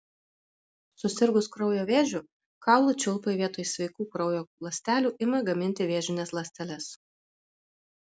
susirgus kraujo vėžiu kaulų čiulpai vietoj sveikų kraujo ląstelių ima gaminti vėžines ląsteles